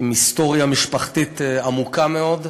עם היסטוריה משפחתית עמוקה מאוד,